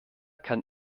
kann